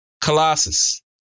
Colossus